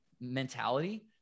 Mentality